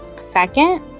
Second